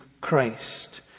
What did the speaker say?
Christ